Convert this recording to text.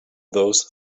those